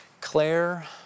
Claire